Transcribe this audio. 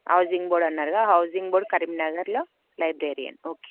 housing board అన్నారు housing board కరీంనగర్లో librarian okay